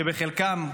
שחלקם,